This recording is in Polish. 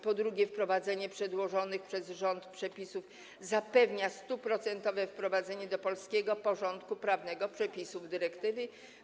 Po drugie, wprowadzenie przedłożonych przez rząd przepisów zapewnia 100-procentowe wprowadzenie do polskiego porządku prawnego przepisów dyrektywy.